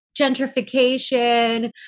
gentrification